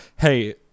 Hey